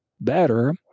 better